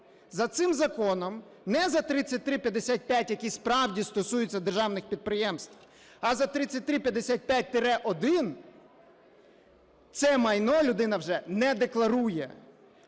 За цим законом, не за 3355, який справді стосується державних підприємств, а за 3355-1, це майно людина вже не декларує.